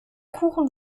kuchen